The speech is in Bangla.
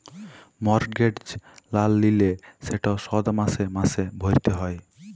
মর্টগেজ লল লিলে সেট শধ মাসে মাসে ভ্যইরতে হ্যয়